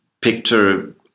picture